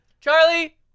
Charlie